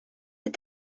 est